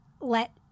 let